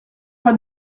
pas